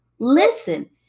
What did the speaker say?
listen